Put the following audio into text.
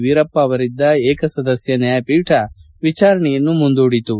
ವೀರಪ್ಪ ಅವರಿದ್ದ ಏಕ ಸದಸ್ತ ನ್ಯಾಯಪೀಠ ವಿಚಾರಣೆಯನ್ನು ಮುಂದೂಡಿತು